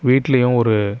வீட்டுலேயும் ஒரு